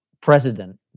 President